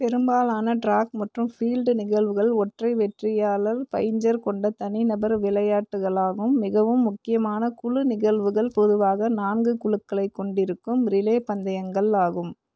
பெரும்பாலான டிராக் மற்றும் ஃபீல்ட் நிகழ்வுகள் ஒற்றை வெற்றியாளர் பைஞ்சர் கொண்ட தனிநபர் விளையாட்டுகளாகும் மிகவும் முக்கியமான குழு நிகழ்வுகள் பொதுவாக நான்கு குழுக்களைக் கொண்டிருக்கும் ரிலே பந்தயங்கள் ஆகும்